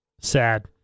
Sad